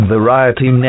Variety